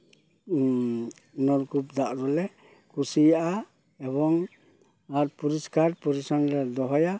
ᱱᱚᱞᱠᱩᱯ ᱫᱟᱜ ᱫᱚᱞᱮ ᱠᱩᱥᱤᱭᱟᱜᱼᱟ ᱮᱵᱚᱝ ᱟᱨ ᱯᱚᱨᱤᱥᱠᱟᱨ ᱯᱚᱨᱤᱪᱷᱚᱱᱱᱚᱞᱮ ᱫᱚᱦᱚᱭᱟ